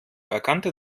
erkannte